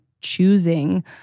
choosing